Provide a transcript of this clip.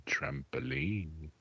Trampoline